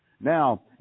Now